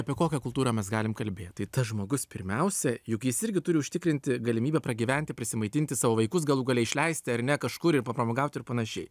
apie kokią kultūrą mes galim kalbėt tai tas žmogus pirmiausia juk jis irgi turi užtikrinti galimybę pragyventi prasimaitinti savo vaikus galų gale išleisti ar ne kažkur ir papramogauti ir panašiai